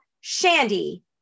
Shandy